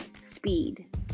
speed